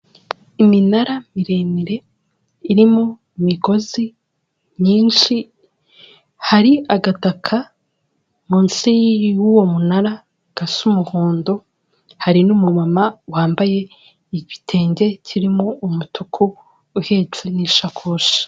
Iminara miremire irimo imigozi myinshi, hari agataka munsi y'uwo munara gasa umuhondo. Hari n'umumama wambaye igitenge kirimo umutuku uhetse n'ishakoshi.